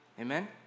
amen